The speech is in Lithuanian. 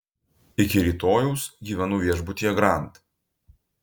iki rytojaus gyvenu viešbutyje grand